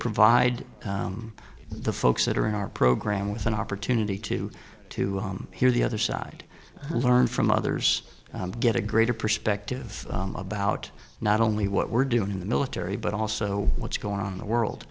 provide the folks that are in our program with an opportunity to to hear the other side learn from others get a greater perspective about not only what we're doing in the military but also what's going on in the world